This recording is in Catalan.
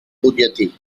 butlletí